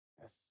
Yes